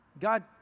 God